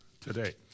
today